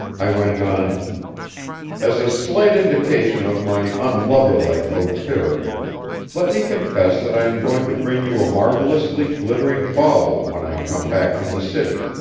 i went on as a slight indication of my unlover-like hauteur, let me confess that i am going to bring you a marvellously glittering bauble when i come back from the city,